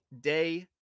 day